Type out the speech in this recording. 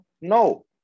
No